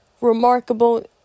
remarkable